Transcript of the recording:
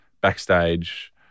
backstage